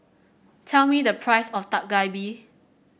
tell me the price of Dak Galbi